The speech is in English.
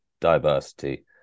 diversity